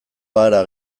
gara